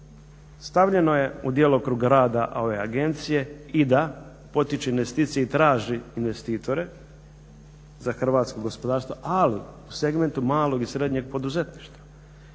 stavljeno je u djelokrug rada ove agencija i da potiče investicije i traži investitore za hrvatsko gospodarstvo ali u segmentu malog i srednjeg poduzetništva.